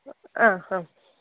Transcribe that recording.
ആ ഹ